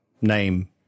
name